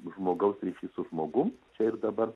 žmogaus ryšys su žmogum čia ir dabar